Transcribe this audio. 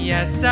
Yes